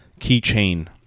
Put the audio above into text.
keychain